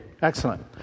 Excellent